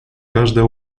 каждое